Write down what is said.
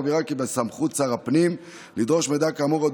מבהירה כי בסמכות שר הפנים לדרוש מידע כאמור עוד